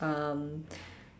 um